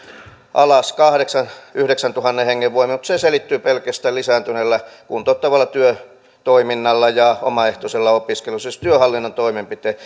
alas kahdeksantuhannen viiva yhdeksäntuhannen hengen verran mutta se selittyy pelkästään lisääntyneellä kuntouttavalla työtoiminnalla ja omaehtoisella opiskelulla siis työhallinnon toimenpiteillä